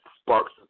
sparks